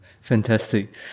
fantastic